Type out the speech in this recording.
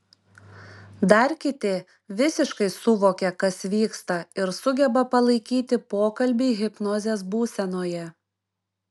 dar kiti visiškai suvokia kas vyksta ir sugeba palaikyti pokalbį hipnozės būsenoje